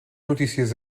notícies